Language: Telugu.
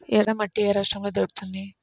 ఎర్రమట్టి ఏ రాష్ట్రంలో దొరుకుతుంది?